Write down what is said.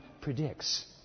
predicts